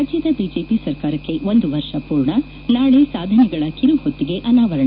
ರಾಜ್ಯದ ಬಿಜೆಪಿ ಸರ್ಕಾರಕ್ಕೆ ಒಂದು ವರ್ಷ ಪೂರ್ಣ ನಾಳಿ ಸಾಧನೆಗಳ ಕಿರುಹೊತ್ತಿಗೆ ಅನಾವರಣ